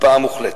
הקפאה מוחלטת.